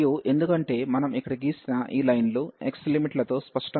మరియు ఎందుకంటే మనం ఇక్కడ గీసిన ఈ లైన్ లు x లిమిట్ లతో స్పష్టంగా ఉన్నాయి